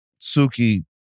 Suki